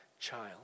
child